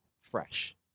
fresh